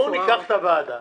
בואו ניקח את הוועדה